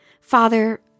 Father